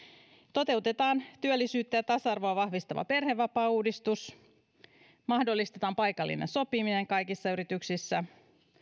toteutetaan työllisyyttä ja tasa arvoa vahvistava perhevapaauudistus mahdollistetaan paikallinen sopiminen kaikissa yrityksissä